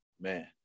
Man